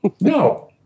No